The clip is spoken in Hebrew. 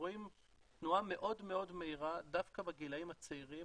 רואים תנועה מאוד מהירה דווקא בגילאים הצעירים,